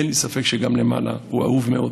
אין לי ספק שגם למעלה הוא אהוב מאוד,